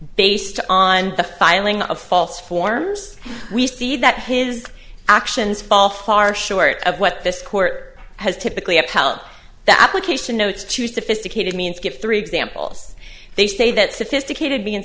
based on the filing of false forms we see that his actions fall far short of what this court has typically upheld the application notes to sophisticated means give three examples they say that sophisticated means